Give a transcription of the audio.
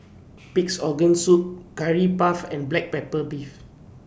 Pig'S Organ Soup Curry Puff and Black Pepper Beef